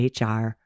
HR